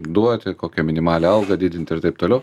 duoti kokią minimalią algą didinti ir taip toliau